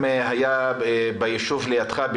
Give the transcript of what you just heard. וגם ביישוב הסמוך,